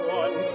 one